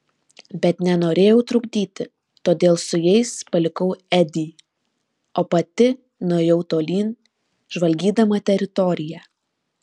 bet nenorėjau trukdyti todėl su jais palikau edį o pati nuėjau tolyn žvalgydama teritoriją